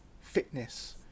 fitness